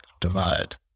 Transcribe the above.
divide